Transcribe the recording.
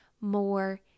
more